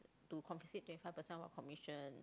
to confiscate twenty five percent of our commission